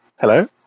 Hello